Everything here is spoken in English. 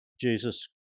Jesus